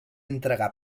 entregar